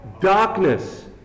darkness